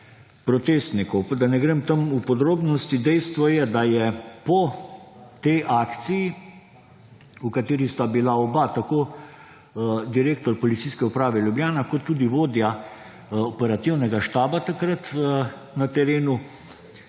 protestnikov. Pa da ne grem v podrobnosti. Dejstvo je, da je po tej akciji, v kateri sta bili oba, tako direktor Policijske uprave Ljubljana kot tudi vodja operativnega štaba takrat na terenu,